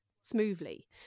smoothly